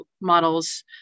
models